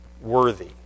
worthy